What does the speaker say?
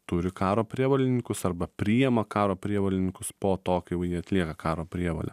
turi karo prievolininkus arba priima karo prievolininkus po to kai jau jie atlieka karo prievolę